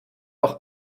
auch